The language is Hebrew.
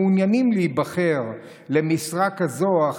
המעוניינים להיבחר למשרה כזו או אחרת,